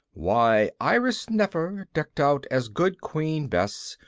why, iris nefer, decked out as good queen bess,